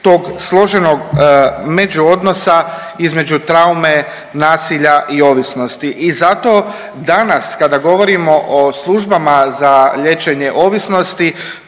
tog složenog međuodnosa između traume, nasilja i ovisnosti. I zato danas kada govorimo o službama za liječenje ovisnosti